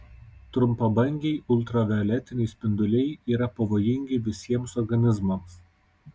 trumpabangiai ultravioletiniai spinduliai yra pavojingi visiems organizmams